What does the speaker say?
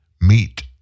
meet